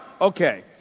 Okay